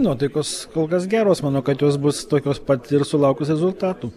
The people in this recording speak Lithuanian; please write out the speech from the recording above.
nuotaikos kol kas geros manau kad jos bus tokios pat ir sulaukus rezultatų